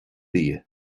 bia